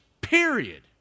period